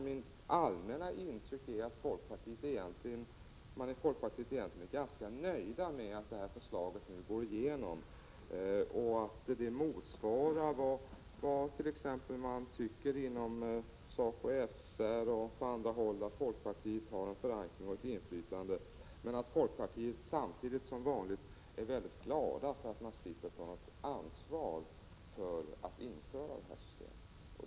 Mitt allmänna intryck är att man i folkpartiet egentligen är ganska nöjd med att förslaget nu går igenom och att det motsvarar vad man tycker inom t.ex. SACO/SR och på andra håll där folkpartiet har förankring och inflytande. Men som vanligt är man i folkpartiet samtidigt glad för att slippa ta något ansvar för införandet av detta system.